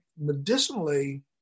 medicinally